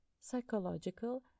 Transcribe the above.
psychological